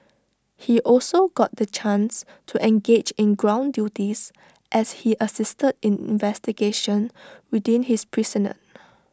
he also got the chance to engage in ground duties as he assisted in investigations within his precinct